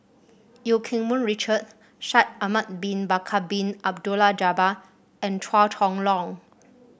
Eu Keng Mun Richard Shaikh Ahmad Bin Bakar Bin Abdullah Jabbar and Chua Chong Long